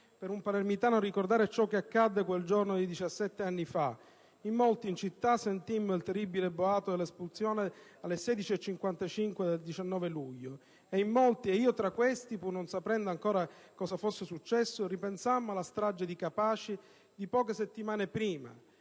per un palermitano ricordare ciò che accadde quel giorno di 17 anni fa: in molti in città sentimmo il terribile boato dell'esplosione alle ore 16,55 del 19 luglio e in molti, io tra questi, pur non sapendo ancora cosa fosse successo, ripensammo alla strage di Capaci di poche settimane prima,